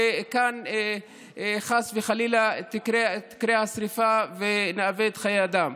וכאן, חס וחלילה, תקרה השרפה ונאבד חיי אדם.